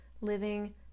Living